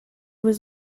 was